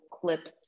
clip